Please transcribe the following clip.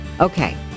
Okay